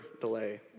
delay